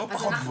לא פחות גבוהה.